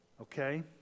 Okay